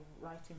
writing